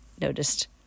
noticed